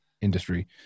industry